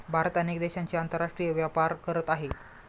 भारत अनेक देशांशी आंतरराष्ट्रीय व्यापार करत आहे